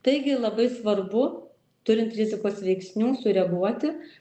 taigi labai svarbu turint rizikos veiksnių sureaguoti